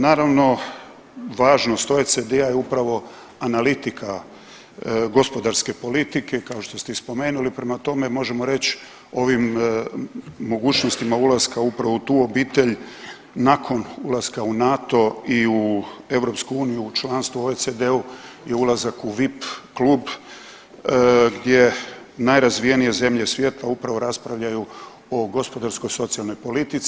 Naravno važnost OECD-a je upravo analitika gospodarske politike kao što ste i spomenuli, prema tome možemo reći ovim mogućnostima ulaska upravo u tu obitelj nakon ulaska u NATO i u EU, u članstvo OECD-u je ulazak u vip klub gdje najrazvijenije zemlje svijeta upravo raspravljaju o gospodarsko socijalnoj politici.